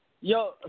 Yo